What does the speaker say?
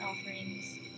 offerings